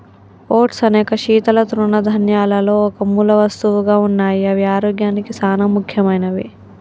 oats అనేక శీతల తృణధాన్యాలలో ఒక మూలవస్తువుగా ఉన్నాయి అవి ఆరోగ్యానికి సానా ముఖ్యమైనవి